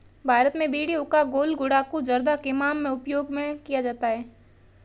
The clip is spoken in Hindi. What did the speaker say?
भारत में बीड़ी हुक्का गुल गुड़ाकु जर्दा किमाम में उपयोग में किया जाता है